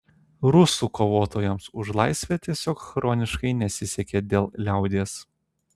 rusų kovotojams už laisvę tiesiog chroniškai nesisekė dėl liaudies